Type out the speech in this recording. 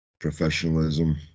professionalism